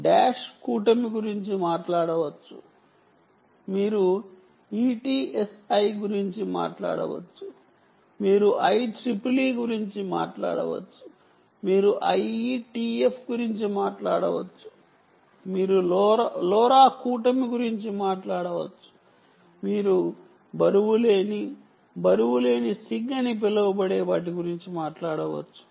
మీరు డాష్ కూటమి గురించి మాట్లాడవచ్చు మీరు ETSI గురించి మాట్లాడవచ్చు మీరు IEEE గురించి మాట్లాడవచ్చు మీరు IETF గురించి మాట్లాడవచ్చు మీరు లోరా కూటమి గురించి మాట్లాడవచ్చు మీరు బరువులేని బరువులేని సిగ్ అని పిలవబడే వాటి గురించి మాట్లాడవచ్చు